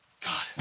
God